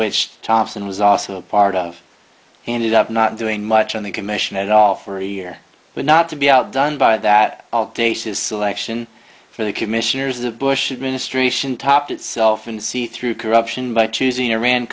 which thompson was also a part of he ended up not doing much on the commission at all for a year but not to be outdone by that all day she is selection for the commissioners of bush administration top itself and see through corruption by choosing iran